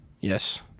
Yes